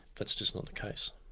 that's just not the case.